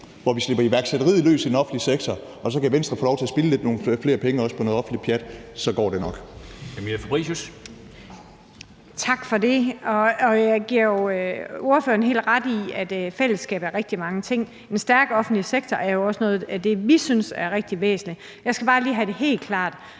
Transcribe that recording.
hvor vi slipper iværksætteriet løs i den offentlige sektor, og hvor Venstre så også kan få lov til at spilde nogle flere penge på noget offentligt pjat, så går det nok. Kl. 17:16 Formanden (Henrik Dam Kristensen): Camilla Fabricius. Kl. 17:16 Camilla Fabricius (S): Tak for det. Jeg giver jo ordføreren helt ret i, at fællesskab er rigtig mange ting. En stærk offentlig sektor er jo også noget af det, vi synes er rigtig væsentligt. Jeg skal bare lige have det helt klart: